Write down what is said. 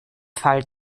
fall